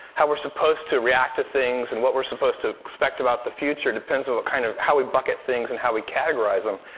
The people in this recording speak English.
how we're supposed to react to things and what we're supposed to expect about the future depends on kind of how we bucket things and how we categorize them.